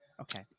Okay